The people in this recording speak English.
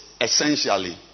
essentially